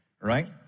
right